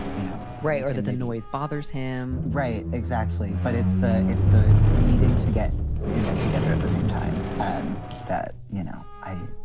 you know. right. or that the noise bothers him. right. exactly. but it's the it's the needing to get them and and together at the same time um that, you know, i.